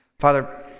Father